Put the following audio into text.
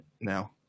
now